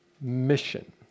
mission